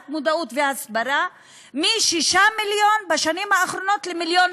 מודעות והסברה מ-6 מיליון בשנים האחרונות ל-1 מיליון.